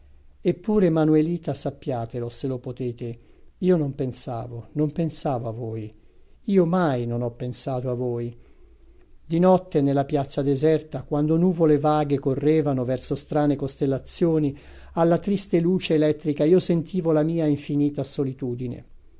eppure manuelita sappiatelo se lo potete io non pensavo non pensavo a voi io mai non ho pensato a voi di notte nella piazza deserta quando nuvole vaghe correvano verso strane costellazioni alla triste luce elettrica io sentivo la mia infinita solitudine